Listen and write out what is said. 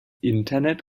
internet